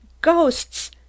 Ghosts